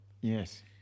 Yes